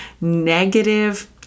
negative